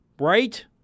right